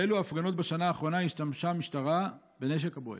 באילו הפגנות בשנה האחרונה השתמשה המשטרה בנשק הבואש?